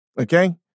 Okay